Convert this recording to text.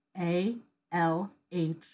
A-L-H